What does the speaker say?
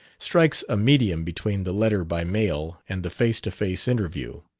strikes a medium between the letter by mail and the face-to-face interview.